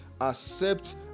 accept